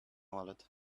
wallet